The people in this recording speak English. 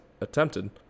attempted